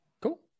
Cool